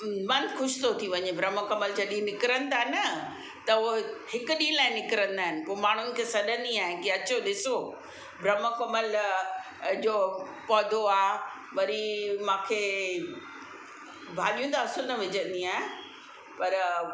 उ मन ख़ुशि थो थी वञे ब्रह्म कमल जॾहिं निकिरनि था न त हूअ हिकु ॾींहुं लाइ निकिरींदा आहिनि पोइ माण्हुनि खे सॾंदी आहियां की अचो ॾिसो ब्रह्म कमल जो पौधो आ वरी मूंखे भाॼियूं त असूल न विझंदी आहियां पर